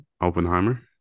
Oppenheimer